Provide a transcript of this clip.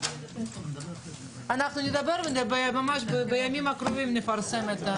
נדבר בימים הקרובים ונפרסם.